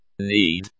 need